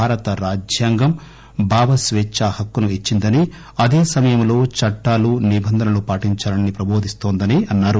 భారత రాజ్యాంగం భావ స్వేచ్ఛ హక్కును ఇచ్చిందని అదే సమయంలో చట్టాలు నిబంధనలు పాటించాలని ప్రబోధిస్తోందని అన్నారు